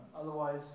Otherwise